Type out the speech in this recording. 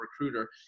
recruiter